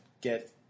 get